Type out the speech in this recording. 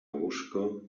łóżko